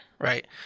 right